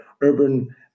urban